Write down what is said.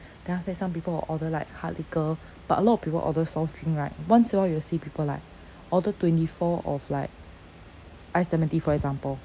then after that some people will order like hard liquor but a lot of people order soft drink right once in a while you see people like order twenty four of like ice lemon tea for example